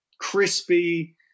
crispy